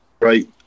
right